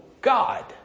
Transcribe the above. God